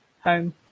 home